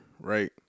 right